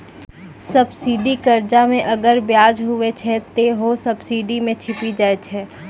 subsidy कर्जा मे अगर बियाज हुवै छै ते हौ सब्सिडी मे छिपी जाय छै